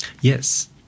Yes